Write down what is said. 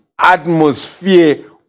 atmosphere